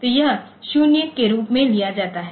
तो यह 0 के रूप में लिया जाता है